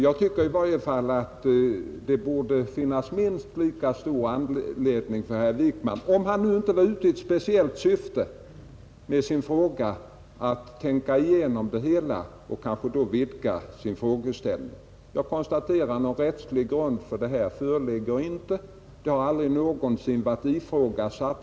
Jag tycker i varje fall att det borde finnas minst lika stor anledning för herr Wijkman — om han inte var ute i ett speciellt syfte med sin fråga — att tänka igenom det hela och kanske då vidga sin frågeställning. Jag konstaterar att någon rättslig grund för ett sådant här krav inte föreligger.